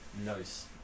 Nice